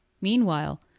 Meanwhile